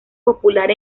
popular